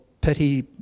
pity